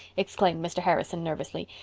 exclaimed mr. harrison nervously,